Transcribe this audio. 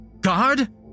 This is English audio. God